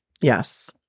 Yes